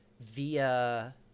via